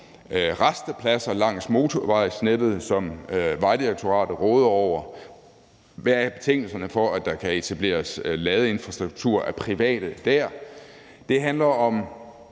rastepladser langs motorvejsnettet, som Vejdirektoratet råder over. Hvad er betingelserne for, at der kan etableres ladeinfrastruktur af private dér? Det handler om